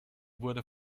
wurde